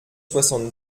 soixante